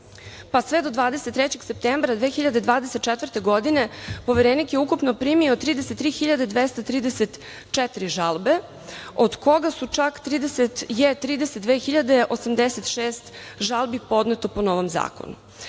pa sve do 23. septembra 2024. godine Poverenik je ukupno primio 33.234 žalbe od koga je čak 32.086 žalbi podneto po novom zakonu.